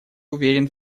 уверен